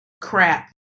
crap